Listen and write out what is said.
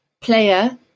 player